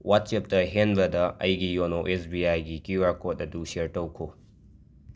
ꯋꯥꯆꯦꯞꯇ ꯍꯦꯟꯕꯗ ꯑꯩꯒꯤ ꯌꯣꯅꯣ ꯑꯦꯁ ꯕꯤ ꯑꯥꯏꯒꯤ ꯀ꯭ꯌꯨ ꯑꯥꯔ ꯀꯣꯠ ꯑꯗꯨ ꯁ꯭ꯌꯔ ꯇꯧꯈꯣ